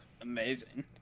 amazing